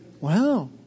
Wow